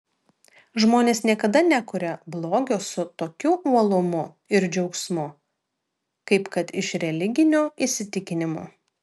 žmonės niekada nekuria blogio su tokiu uolumu ir džiaugsmu kaip kad iš religinių įsitikinimų